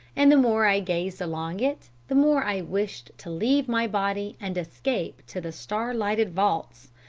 and the more i gazed along it, the more i wished to leave my body and escape to the star-lighted vaults.